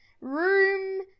room